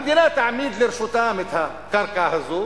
המדינה תעמיד לרשותם את הקרקע הזו